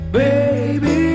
baby